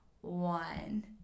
one